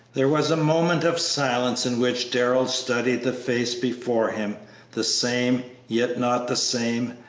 there was a moment of silence in which darrell studied the face before him the same, yet not the same,